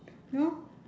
no